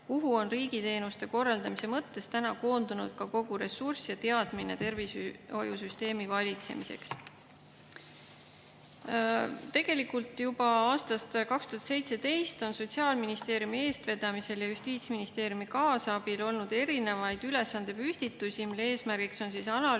kuhu on riigi teenuste korraldamise mõttes koondunud kogu ressurss ja teadmine tervishoiusüsteemi valitsemiseks. Tegelikult juba aastast 2017 on Sotsiaalministeeriumi eestvedamisel ja Justiitsministeeriumi kaasabil tehtud ülesandepüstitusi, mille eesmärk on analüüsida